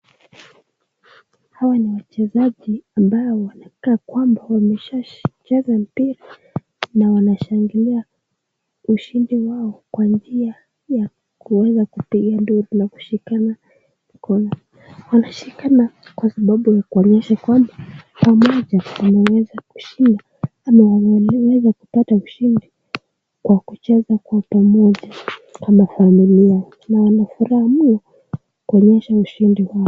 Hawa ni wachezaji ambao wanaonekana kwamba wameshacheza mpira na wanashangilia ushindi wao kwa njia ya kuweza kupiga nduru na kushikana mikono. Wanashikana kwa sababu ya kuonyesha kwamba umoja wameweza kushinda ama wameweza kupata ushindi kwa kucheza kwa pamoja kama familia na wanafuraha muno kuonyesha ushindi wao.